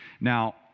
Now